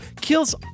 kills